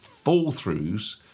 fall-throughs